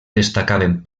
destacaven